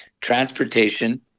transportation